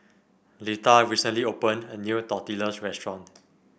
Letha recently opened a new Tortillas restaurant